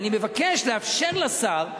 אני מבקש לאפשר לשר,